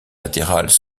latérales